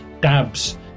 dabs